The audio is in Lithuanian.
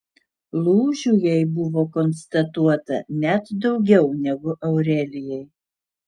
lūžių jai buvo konstatuota net daugiau negu aurelijai